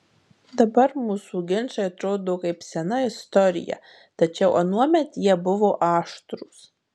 dabar mūsų ginčai atrodo kaip sena istorija tačiau anuomet jie buvo aštrūs